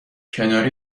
کنار